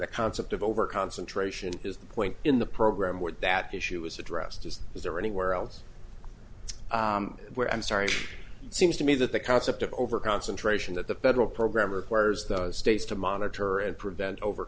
the concept of overconcentration is the point in the program where that issue is addressed as is or anywhere else where i'm sorry seems to me that the concept of overconcentration that the federal program requires those states to monitor and prevent over